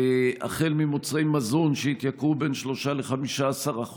החל ממוצרי מזון, שהתייקרו בין 3% ל-15%,